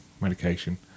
medication